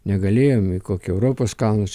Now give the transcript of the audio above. negalėjom į kokiu europos kalnus